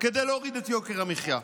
כדי להוריד את יוקר המחיה,